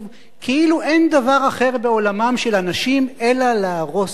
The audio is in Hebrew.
כאילו אין דבר אחר בעולמם של אנשים אלא להרוס יישוב.